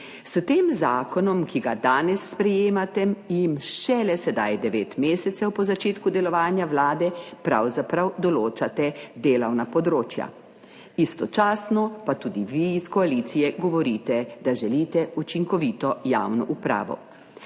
S tem zakonom, ki ga danes sprejemate, jim šele sedaj, devet mesecev po začetku delovanja Vlade pravzaprav določate delovna področja. Istočasno pa tudi vi iz koalicije govorite, da želite učinkovito javno upravo.